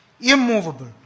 immovable